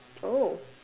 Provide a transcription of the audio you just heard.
oh